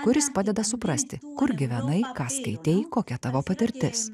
kuris padeda suprasti kur gyvenai ką skaitei kokia tavo patirtis